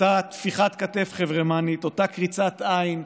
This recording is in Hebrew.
אותה טפיחת כתף חברמנית, אותה קריצת עין,